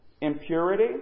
impurity